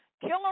Killer